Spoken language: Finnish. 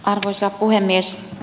arvoisa puhemies